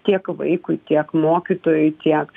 tiek vaikui tiek mokytojui tiek